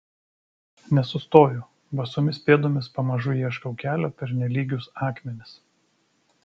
nesustoju basomis pėdomis pamažu ieškau kelio per nelygius akmenis